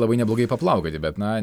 labai neblogai paplaukioti bet na